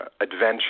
adventure